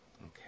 Okay